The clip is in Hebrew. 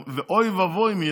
ואוי ואבוי,